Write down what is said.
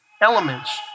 elements